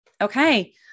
okay